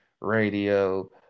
radio